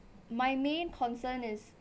my main concern is